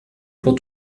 pour